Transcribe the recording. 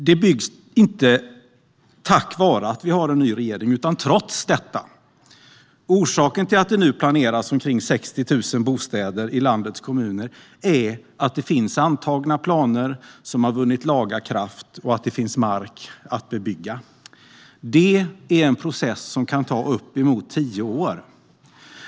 Det byggs inte tack vare att vi har en ny regering utan trots detta. Orsaken till att det nu planeras omkring 60 000 bostäder i landets kommuner är att det finns antagna planer som vunnit laga kraft och att det finns mark att bebygga. Det är en process som kan ta uppemot tio år.